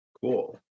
Cool